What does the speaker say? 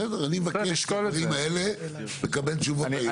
אוקיי, אני מבקש על הדברים האלה לקבל תשובות היום.